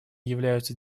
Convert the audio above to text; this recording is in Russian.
являются